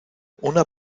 una